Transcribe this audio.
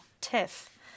tiff